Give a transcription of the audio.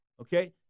okay